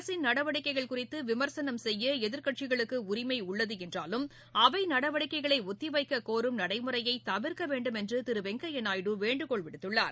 அரசின் நடவடிக்கைகள் குறித்து விமர்சனம் செய்ய எதிர்கட்சிகளுக்கு உரிமை உள்ளது என்றாலும் அவை நடவடிக்கைகளை ஒத்திவைக்கக் கோரும் நடைமுறையை தவிர்க்க வேண்டும் என்று திரு வெங்கையா நாயுடு வேண்டுகோள் விடுத்துள்ளார்